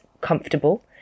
comfortable